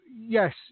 yes